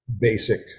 basic